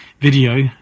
video